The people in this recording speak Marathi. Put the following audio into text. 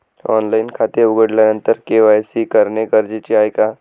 ऑनलाईन खाते उघडल्यानंतर के.वाय.सी करणे गरजेचे आहे का?